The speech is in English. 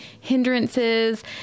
hindrances